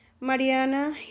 Mariana